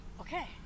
Okay